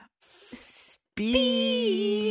Speed